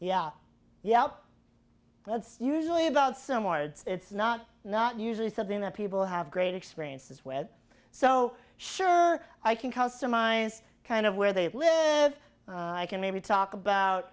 out that's usually about someone it's not not usually something that people have great experiences with so sure i can customize kind of where they live i can maybe talk about